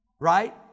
right